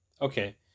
Okay